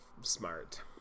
smart